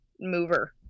mover